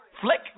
flick